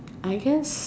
I guess